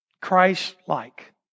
Christ-like